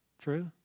True